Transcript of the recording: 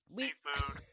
Seafood